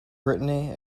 brittany